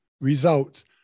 results